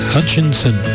Hutchinson